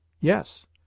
Yes